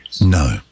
No